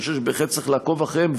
אני חושב שבהחלט צריך לעקוב אחריהם.